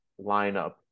lineup